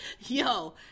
yo